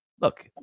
look